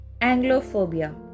anglophobia